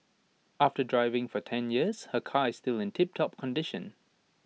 after driving for ten years her car is still in tiptop condition